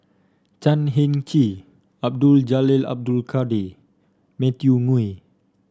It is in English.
Chan Heng Chee Abdul Jalil Abdul Kadir Matthew Ngui